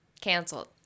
canceled